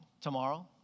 tomorrow